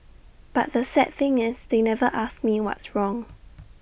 but the sad thing is they never asked me what's wrong